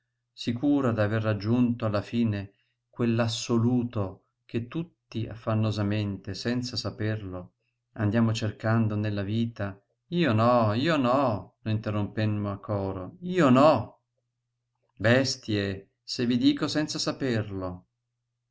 poco sicura d'aver raggiunto alla fine quell assoluto che tutti affannosamente senza saperlo andiamo cercando nella vita io no io no io no lo interrompemmo a coro bestie se vi dico senza saperlo